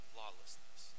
lawlessness